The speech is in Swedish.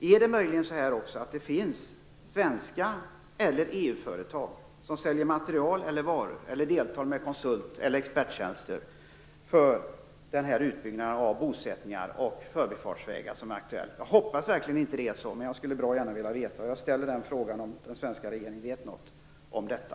Finns det möjligen svenska företag eller EU-företag som säljer material eller varor eller som deltar med konsult eller experttjänster när det gäller den utbyggnad av bosättningar och förbifartsvägar som är aktuell? Jag hoppas verkligen att det inte är så och skulle bra gärna vilja veta hur det förhåller sig. Jag undrar alltså om den svenska regeringen vet något om detta.